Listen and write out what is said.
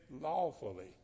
lawfully